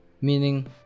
meaning